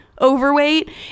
overweight